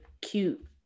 cute